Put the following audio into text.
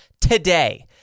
today